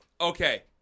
Okay